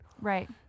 Right